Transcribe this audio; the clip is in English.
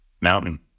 Mountain